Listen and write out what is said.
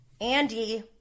Andy